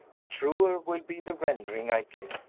the truer will be the rendering i give.